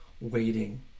waiting